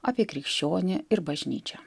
apie krikščionį ir bažnyčią